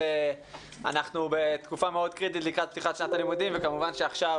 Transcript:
אנחנו בתקופה מאוד קריטית לקראת פתיחת שנת הלימודים וכמובן שעכשיו